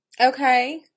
Okay